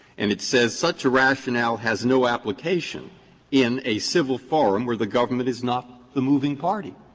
and it says such a rationale has no application in a civil forum where the government is not the moving party.